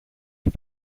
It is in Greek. του